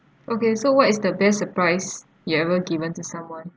okay so what is the best surprise you ever given to someone